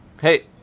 Hey